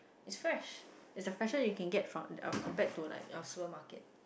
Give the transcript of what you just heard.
it's fresh it's the fresher you can get from uh compared to like supermarket